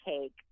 cake